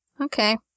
Okay